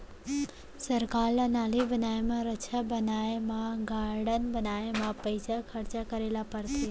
सरकार ल नाली बनाए म, रद्दा बनाए म, गारडन बनाए म पइसा खरचा करे ल परथे